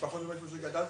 במשפחה איפה שגדלתי,